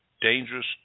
dangerous